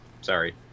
Sorry